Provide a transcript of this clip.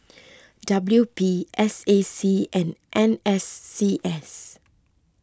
W P S A C and N S C S